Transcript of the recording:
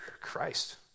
Christ